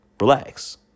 relax